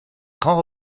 grands